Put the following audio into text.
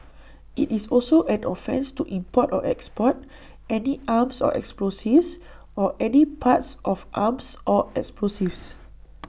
IT is also an offence to import or export any arms or explosives or any parts of arms or explosives